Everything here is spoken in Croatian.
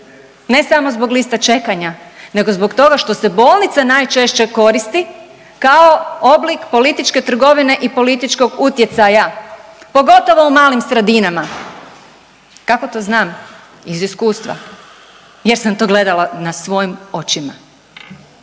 ne samo zbog lista čekanja, nego zbog toga što se bolnica najčešće koristi kao oblik političke trgovine i političkog utjecaja pogotovo u malim sredinama. Kako to znam? Iz iskustva, jer sam to gledala na svojim očima.